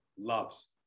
loves